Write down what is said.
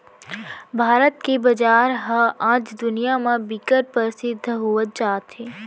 भारत के बजार ह आज दुनिया म बिकट परसिद्ध होवत जात हे